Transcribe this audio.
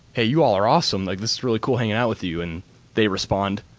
hey, you all are awesome. like, this is really col hanging out with you. and they respond,